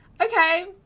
okay